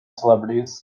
celebrities